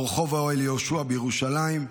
רחוב אוהל יהושע בירושלים,